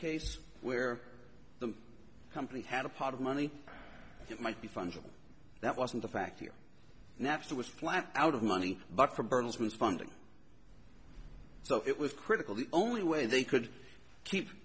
case where the company had a pot of money that might be fungible that wasn't a factor napster was flat out of money but for bertelsmann funding so it was critical the only way they could keep